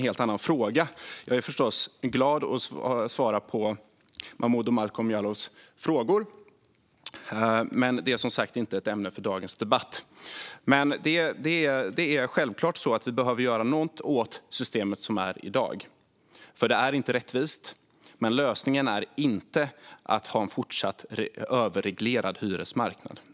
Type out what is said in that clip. Jag svarar förstås gärna på Momodou Malcolm Jallows frågor, men det är som sagt inget ämne för dagens debatt. Vi behöver självklart göra något åt dagens system, för det är inte rättvist. Lösningen är dock inte att fortsätta att ha en överreglerad hyresmarknad.